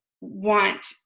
want